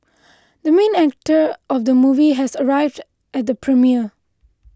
the main actor of the movie has arrived at the premiere